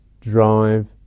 drive